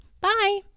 Bye